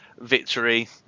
victory